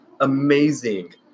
amazing